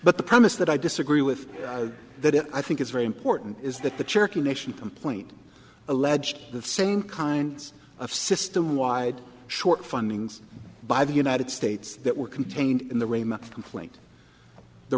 but the premise that i disagree with that i think is very important is that the cherokee nation complaint alleged the same kinds of systemwide short findings by the united states that were contained in the